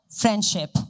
friendship